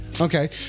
Okay